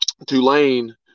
Tulane